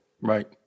Right